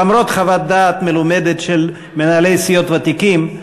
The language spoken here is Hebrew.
למרות חוות דעת מלומדת של מנהלי סיעות ותיקים,